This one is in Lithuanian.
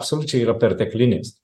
absoliučiai yra perteklinės